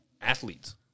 Athletes